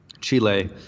Chile